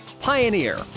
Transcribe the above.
Pioneer